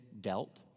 dealt